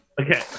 Okay